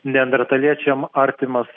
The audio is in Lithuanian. neandertaliečiam artimas